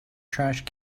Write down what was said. trash